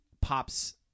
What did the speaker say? pops